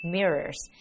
Mirrors